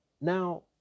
now